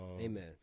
amen